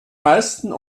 meisten